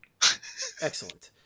Excellent